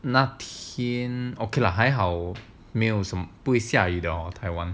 那天 okay lah 还好没有什么不会下雨的 hor taiwan